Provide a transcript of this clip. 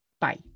bye